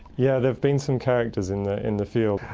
yeah there have been some characters in the in the field,